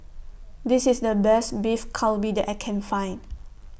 This IS The Best Beef Galbi that I Can Find